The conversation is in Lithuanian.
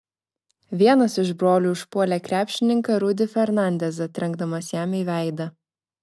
vienas iš brolių užpuolė krepšininką rudy fernandezą trenkdamas jam į veidą